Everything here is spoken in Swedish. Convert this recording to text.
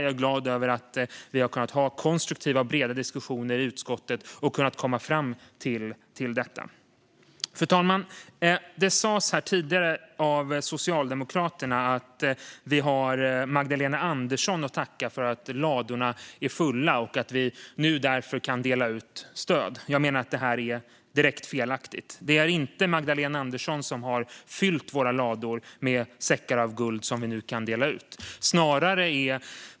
Jag är glad över att vi har kunnat ha konstruktiva och breda diskussioner i utskottet och att vi har kunnat komma fram till detta. Fru talman! Socialdemokraterna sa tidigare här att vi har Magdalena Andersson att tacka för att ladorna är fulla och för att vi nu därför kan dela ut stöd. Jag menar att det är direkt felaktigt. Det är inte Magdalena Andersson som har fyllt våra lador med säckar av guld som vi nu kan dela ut.